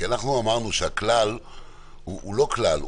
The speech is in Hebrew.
כי אנחנו אמרנו שהכלל הוא לא כלל,